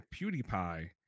PewDiePie